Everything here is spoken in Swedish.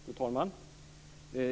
Fru talman!